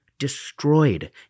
destroyed